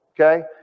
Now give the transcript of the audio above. Okay